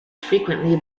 frequently